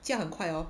驾很快哦